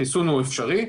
חיסון הוא אפשרי.